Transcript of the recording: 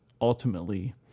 ultimately